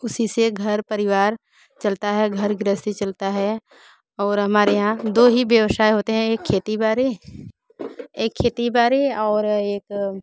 उसी से घर परिवार चलता है घर गृहस्थी चलता है और हमारे यहाँ दो ही व्यवसाय होते हैं एक खती बाड़ी एक खती बाड़ी और एक